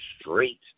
straight